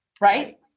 right